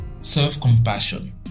self-compassion